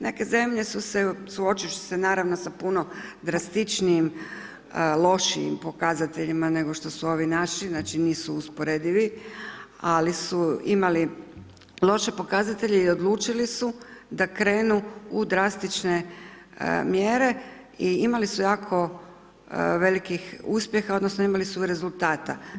Neke zemlje su se suočile naravno sa puno drastičnijim lošim pokazateljima nego što su ovi naši, znači nisu usporedivi, ali su imali loše pokazatelje i odlučili su da krenu u drastične mjere i imali su jako velikih uspjeha, odnosno imali su rezultata.